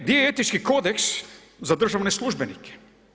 Gdje je etički kodeks za državne službenike?